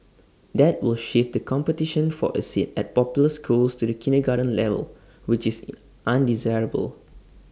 that will shift the competition for A seat at popular schools to the kindergarten level which is undesirable